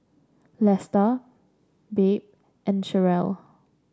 Lesta Babe and Cherelle